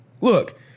Look